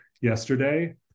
yesterday